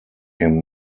him